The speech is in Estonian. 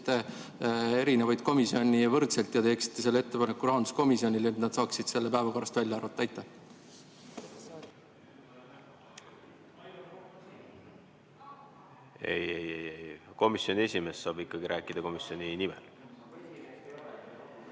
erinevaid komisjone võrdselt ja teeksite ettepaneku rahanduskomisjonile, et nad saaksid oma eelnõud päevakorrast välja arvata. Ei-ei, komisjoni esimees saab ikkagi rääkida komisjoni nimel.